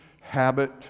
habit